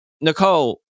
Nicole